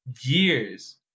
years